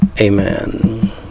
amen